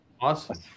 Awesome